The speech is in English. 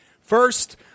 First